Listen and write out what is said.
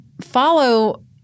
follow